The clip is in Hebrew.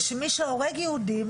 ושמי שהורג יהודים